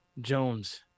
Jones